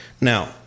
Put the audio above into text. Now